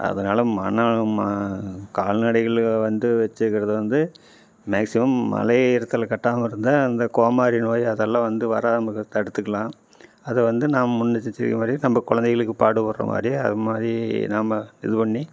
அதனால் மன ம கால்நடைகளை வந்து வச்சிக்கிறது வந்து மேக்ஸிமம் மழை ஈரத்தில் கட்டாமல் இருந்தால் அந்த கோமாரி நோய் அதெல்லாம் வந்து வராமல் இருக்க தடுத்துக்கலாம் அதை வந்து நம் முன்னெச்சிரிக்கை மாதிரி நம்ம குழந்தைகளுக்கு பாடுபடுற மாதிரி அது மாதிரி நம்ம இது பண்ணி